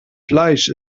fleisch